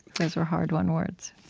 those were hard-won words